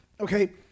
Okay